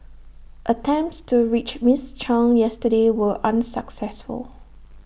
attempts to reach miss chung yesterday were unsuccessful